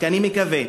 אני רק מקווה